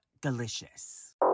delicious